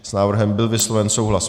S návrhem byl vysloven souhlas.